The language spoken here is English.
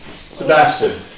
Sebastian